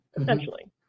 essentially